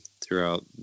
throughout